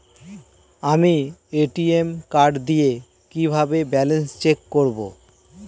আমি ATM card দিয়ে কিভাবে ব্যালেন্স চেক করব?